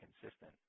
consistent